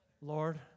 Lord